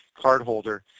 cardholder